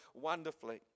wonderfully